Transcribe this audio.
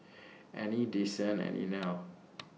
Annie Desean and Inell